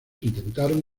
intentaron